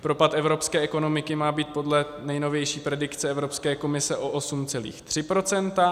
Propad evropské ekonomiky má být podle nejnovější predikce Evropské komise o 8,3 %.